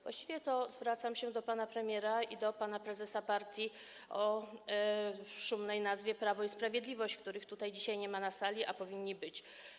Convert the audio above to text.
Właściwie to zwracam się do pana premiera i do pana prezesa partii o szumnej nazwie Prawo i Sprawiedliwość, których dzisiaj nie ma na sali, a powinni być.